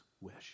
wish